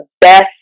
best